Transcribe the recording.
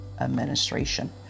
administration